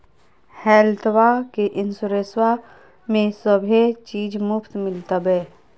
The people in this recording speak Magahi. हेल्थबा के इंसोरेंसबा में सभे चीज मुफ्त मिलते?